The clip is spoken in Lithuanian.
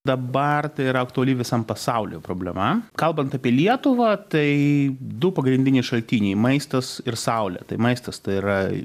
dabar tai yra aktuali visam pasauliui problema kalbant apie lietuvą tai du pagrindiniai šaltiniai maistas ir saulė tai maistas tai yra